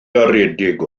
garedig